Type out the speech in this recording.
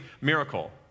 miracle